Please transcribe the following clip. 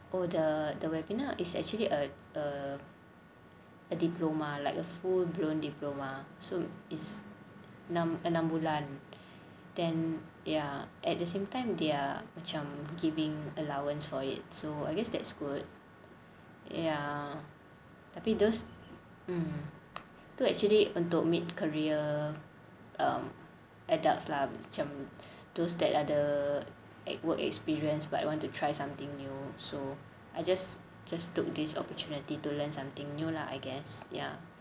oh the the webinar is actually uh era diploma like a full blown diploma so it's enam enam bulan then ya at the same time they are macam giving allowance for it so I guess that's good ya tapi those hmm tu actually untuk mid career adults lah macam those that ada work experience but you want to try something new so I just just took this opportunity to learn something new lah I guess ya